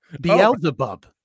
Beelzebub